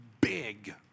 big